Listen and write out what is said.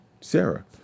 Sarah